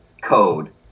code